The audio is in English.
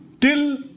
till